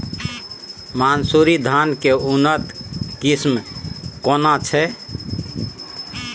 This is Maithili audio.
मानसुरी धान के उन्नत किस्म केना छै?